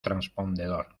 transpondedor